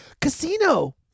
Casino